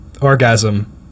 orgasm